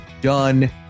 done